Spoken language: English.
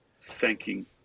thanking